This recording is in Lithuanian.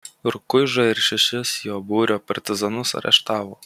rukuižą ir šešis jo būrio partizanus areštavo